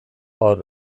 gaur